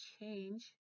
change